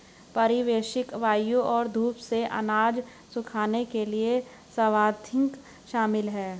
परिवेशी वायु और धूप से अनाज सुखाने के लिए स्वाथिंग शामिल है